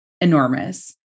enormous